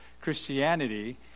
Christianity